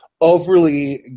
overly